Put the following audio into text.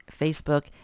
Facebook